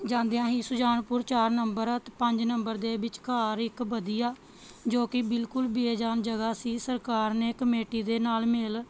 ਜਾਂਦਿਆਂ ਹੀ ਸੁਜਾਨਪੁਰ ਚਾਰ ਨੰਬਰ ਪੰਜ ਨੰਬਰ ਦੇ ਵਿਚਕਾਰ ਇੱਕ ਵਧੀਆ ਜੋ ਕਿ ਬਿਲਕੁਲ ਬੇਜਾਨ ਜਗ੍ਹਾ ਸੀ ਸਰਕਾਰ ਨੇ ਕਮੇਟੀ ਦੇ ਨਾਲ ਮਿਲ